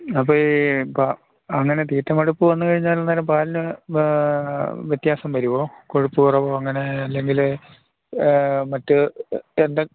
അപ്പോള് ഈ അങ്ങനെ തീറ്റ മടുപ്പു വന്നുകഴിഞ്ഞാലന്നേരം പാലിന് വ്യത്യാസം വരുമോ കൊഴുപ്പു കുറവോ അങ്ങനെ അല്ലെങ്കില് മറ്റ്